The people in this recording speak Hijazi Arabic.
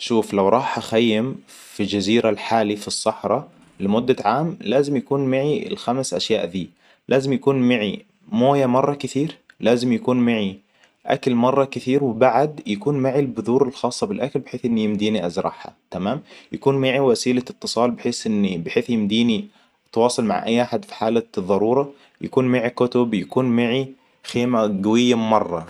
شوف لو راح اخيم في جزيرة لحالي في الصحراء لمدة عام لازم يكون معي الخمس اشياء ذي. لازم يكون معي موية مرة كثير لازم يكون معي أكل مرة كثير وبعد يكون معي البذور الخاصة بالأكل بحيث ان يمديني ازرعها, تمام. يكون معي وسيلة اتصال بحيث اني بحيث يمديني أتواصل مع اي احد في حالة الضرورة يكون معي كتب يكون معي خيمة قوية مره